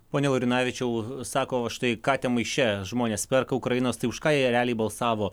pone laurinavičiau sako va štai katę maiše žmonės perka ukrainos tai už ką jie realiai balsavo